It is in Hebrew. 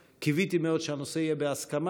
שקיוויתי מאוד שהנושא יהיה בהסכמה,